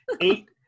eight